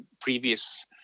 previous